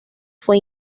fue